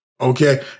Okay